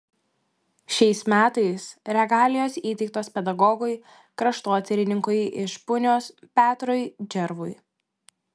šiais metais regalijos įteiktos pedagogui kraštotyrininkui iš punios petrui džervui